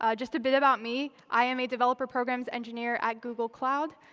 ah just a bit about me i am a developer programs engineer at google cloud.